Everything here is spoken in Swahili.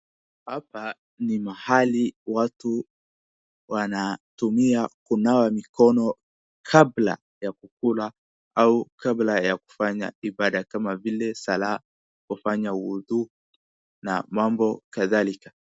Hapa ni mahali watu wanatumia kunawa mikono kabla ya kukula au kabla ya kufanya ibada kama vile sala, kufanya uudhu na mambo kadhalika.